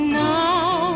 now